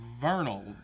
Vernal